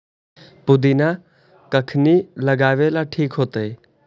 पुदिना कखिनी लगावेला ठिक होतइ?